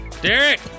Derek